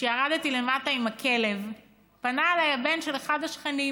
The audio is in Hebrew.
כשירדתי למטה עם הכלב פנה אליי הבן של אחד השכנים.